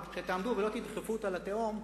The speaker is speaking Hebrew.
אבל שתעמדו ולא תדחפו אותה לתהום,